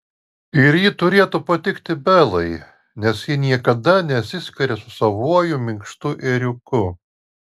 ir ji turėtų patikti belai nes ji niekada nesiskiria su savuoju minkštu ėriuku